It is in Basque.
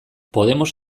podemos